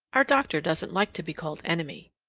our doctor doesn't like to be called enemy.